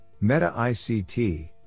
meta-ICT